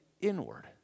inward